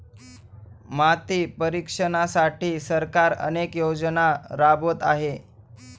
माती परीक्षणासाठी सरकार अनेक योजना राबवत आहे